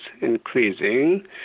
increasing